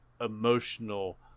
emotional